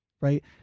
right